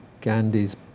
Gandhi's